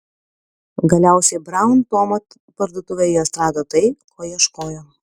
galiausiai braun tomo parduotuvėje jos rado tai ko ieškojo